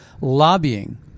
lobbying